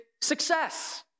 success